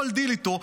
כל דיל איתו,